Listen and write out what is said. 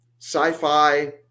sci-fi